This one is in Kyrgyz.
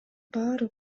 баары